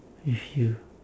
with you